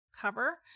cover